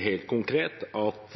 helt konkret at